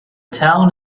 town